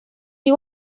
you